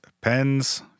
pens